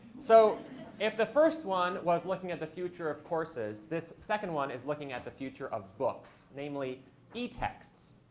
so if the first one was looking at the future of courses, this second one is looking at the future of books, namely etexts.